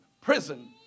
prison